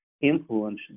influence